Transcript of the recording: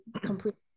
completely